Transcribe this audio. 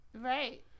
right